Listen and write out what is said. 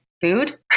food